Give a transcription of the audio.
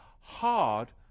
hard